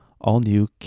all-new